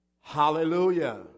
hallelujah